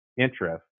interest